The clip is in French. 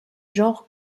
genre